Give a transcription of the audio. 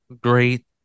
great